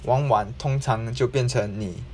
往往通常就变成你